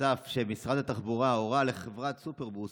נחשף שמשרד התחבורה הורה לחברת סופרבוס